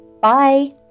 Bye